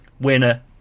winner